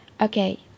Okay